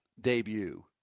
debut